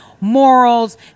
morals